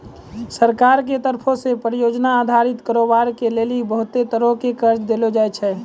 सरकार के तरफो से परियोजना अधारित कारोबार के लेली बहुते तरहो के कर्जा देलो जाय छै